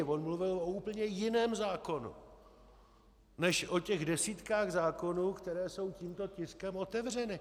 On mluvil o úplně jiném zákonu než o těch desítkách zákonů, které jsou tímto tiskem otevřeny.